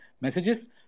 messages